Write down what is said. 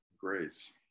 grace